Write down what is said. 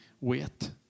wait